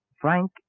Frank